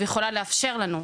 ויכולה לאפשר לנו.